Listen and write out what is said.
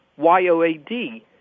YoAD